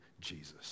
Jesus